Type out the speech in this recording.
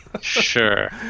Sure